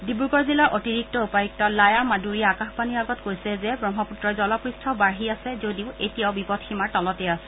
ডিব্ৰুগড় জিলাৰ অতিৰিক্ত উপায়ুক্ত লায়া মাদুৰীয়ে আকাশবাণীৰ আগত কৈছে যে ব্ৰহ্মপুত্ৰৰ জলপৃষ্ঠ বাঢ়ি আছে যদিও এতিয়াও বিপদসীমাৰ তলতেই আছে